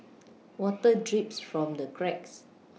water drips from the cracks